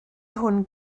hwn